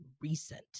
recent